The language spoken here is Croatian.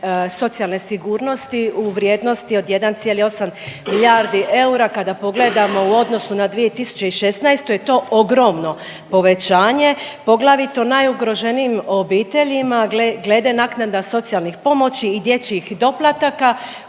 socijalne sigurnosti u vrijednosti od 1,8 milijardi eura. Kada pogledamo u odnosu na 2016. je to ogromno povećanje poglavito najugroženijim obiteljima glede naknada socijalne pomoći i dječjih doplataka